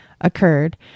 occurred